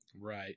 Right